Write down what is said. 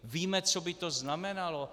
Víme, co by to znamenalo?